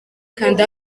kanda